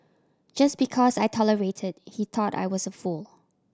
just because I tolerated he thought I was a fool